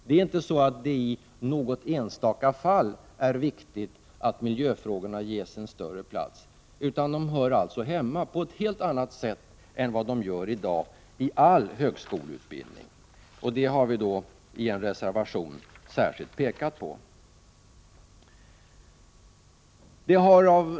Det är inte så att det är viktigt att miljöfrågorna ges en större plats i något enstaka fall, utan de hör hemma i all högskoleutbildning på ett helt annat sätt än i dag. Detta påpekas särskilt i en reservation.